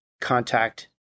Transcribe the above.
contact